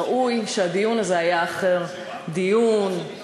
ראוי שהדיון הזה היה אחר, דיון, התבוננות,